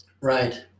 Right